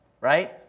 right